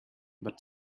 but